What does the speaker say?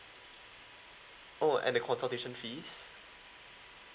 oh and the consultation fees